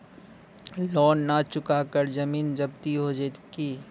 Loan न चुका पर जमीन जब्ती हो जैत की?